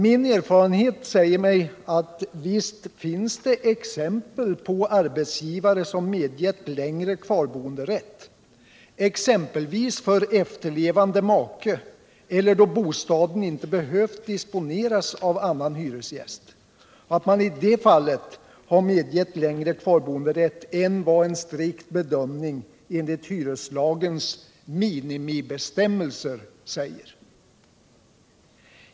Min erfarenhet säger mig att visst finns det fall då arbetsgivare medgett längre kvarboenderätt — exempelvis för efterlevande maka eller om bostaden inte behövt disponeras av annan hyresgäst — än vad en strikt bedömning enligt hyreslagens minimibestämmelser säger.